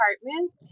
apartment